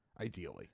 ideally